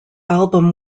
album